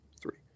three